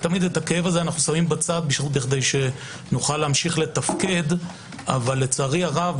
את הכאב הזה אנו שמים בצד כדי שנוכל להמשיך לתפקד אבל לצערי הרב,